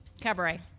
Cabaret